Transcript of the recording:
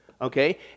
okay